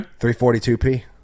342p